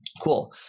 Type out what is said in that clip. Cool